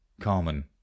Carmen